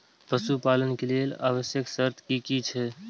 पशु पालन के लेल आवश्यक शर्त की की छै?